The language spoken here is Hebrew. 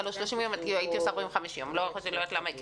45 יום ולא 30 יום ואני לא יודעת למה הקלו.